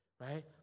right